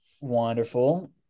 Wonderful